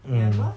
remember